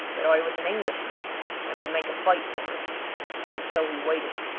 that i was an englishman and would make a fight for it and so we waited.